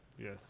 Yes